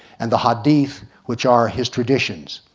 and the hadith, which are his traditions.